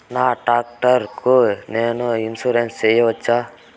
నా టాక్టర్ కు నేను ఇన్సూరెన్సు సేయొచ్చా?